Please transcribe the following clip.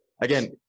again